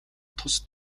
тус